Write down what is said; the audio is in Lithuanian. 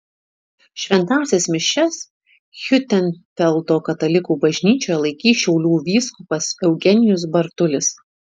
šventąsias mišias hiutenfeldo katalikų bažnyčioje laikys šiaulių vyskupas eugenijus bartulis